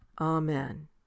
Amen